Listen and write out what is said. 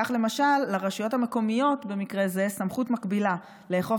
כך למשל לרשויות המקומיות במקרה זה סמכות מקבילה לאכוף